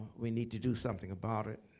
we need to do something about it.